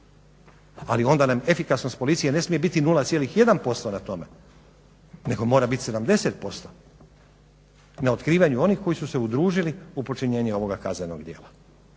Ali onda nam efikasnost policije ne smije biti 0,1% na tome, nego mora biti 70% na otkrivanju onih koji su se udružili u počinjenje ovoga kaznenog djela.